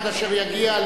עד אשר יגיע,